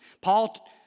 Paul